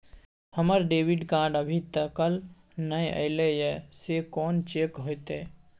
हमर debit card अभी तकल नय अयले हैं, से कोन चेक होतै?